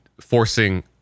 forcing